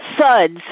SUDS